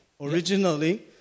originally